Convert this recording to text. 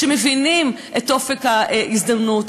שמבינים את אופק ההזדמנות.